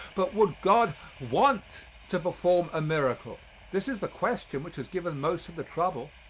but would god want to perform a miracle this is the question which has given most of the trouble.